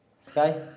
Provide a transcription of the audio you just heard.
Sky